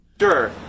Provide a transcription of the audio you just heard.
Sure